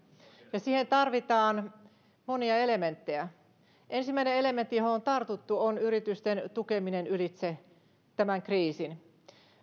ja siihen tarvitaan monia elementtejä ensimmäinen elementti johon on tartuttu on yritysten tukeminen ylitse tämän kriisin